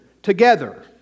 Together